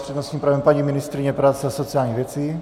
S přednostním právem paní ministryně práce a sociálních věcí.